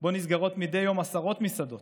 שבו נסגרות מדי יום עשרות מסעדות.